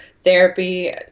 therapy